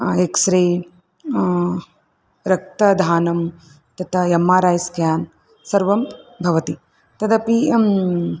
x ray रक्तदानं तथा M R I scan सर्वं भवति तदपि